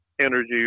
Energy